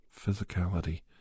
physicality